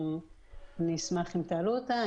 אני אשמח שתעלו אותה.